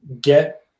get